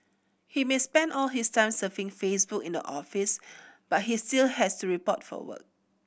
he may spend all his time surfing Facebook to in the office but he still has to report for work